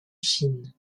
chine